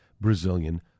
Brazilian